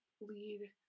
lead